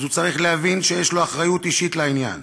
הוא צריך להבין שיש לו אחריות אישית לעניין,